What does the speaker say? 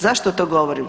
Zašto to govorim?